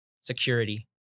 security